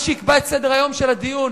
מה שיקבע את סדר-היום של הדיון